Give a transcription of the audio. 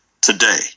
today